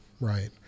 right